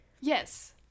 Yes